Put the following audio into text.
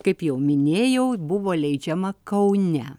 kaip jau minėjau buvo leidžiama kaune